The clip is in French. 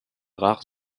rares